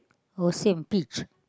no same pitch